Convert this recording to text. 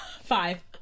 Five